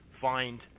find